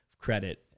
credit